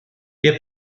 wir